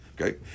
Okay